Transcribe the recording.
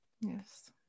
Yes